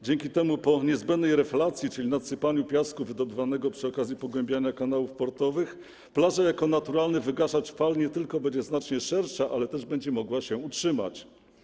Dzięki temu po niezbędnej reflacji, czyli nadsypaniu piasku wydobywanego przy okazji pogłębiania kanałów portowych, plaża jako naturalny wygaszacz fal nie tylko będzie znacznie szersza, ale też będzie mogła się utrzymać.